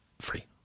free